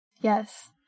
Yes